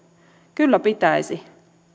kyllä pitäisi